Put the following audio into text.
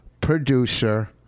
producer